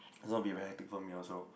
it's gonna be very hectic for me also